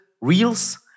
reels